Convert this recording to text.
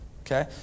okay